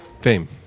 Fame